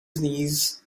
knees